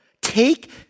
Take